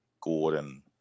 Gordon